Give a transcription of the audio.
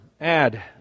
add